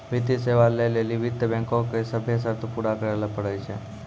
वित्तीय सेवा लै लेली वित्त बैंको के सभ्भे शर्त पूरा करै ल पड़ै छै